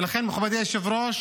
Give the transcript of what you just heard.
ולכן, מכובדי היושב-ראש,